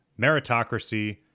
meritocracy